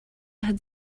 had